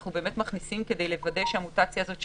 אנחנו מכניסים אותם בשביל לתת כמה ימים להבין את המוטציה הזאת,